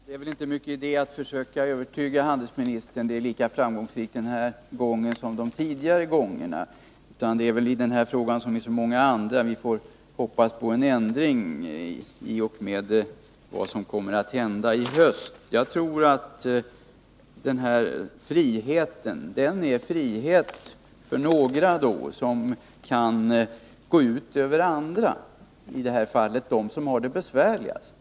Herr talman! Det är väl inte någon idé att försöka övertyga handelsministern— det är lika litet framgångsrikt den här gången som tidigare — utan det blir i den här frågan som i så många andra: Vi får hoppas på en ändring i och med vad som kommer att inträffa i höst. Jag tror att den här friheten är en frihet för några, vilket kan gå ut över andra — i detta fall över dem som har det besvärligast.